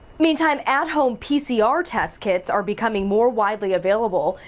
meantime at home pcr test kits are becoming more widely available.